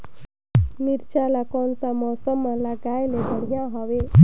मिरचा ला कोन सा मौसम मां लगाय ले बढ़िया हवे